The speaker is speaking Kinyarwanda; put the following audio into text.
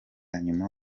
nyuma